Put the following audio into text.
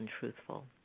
untruthful